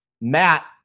Matt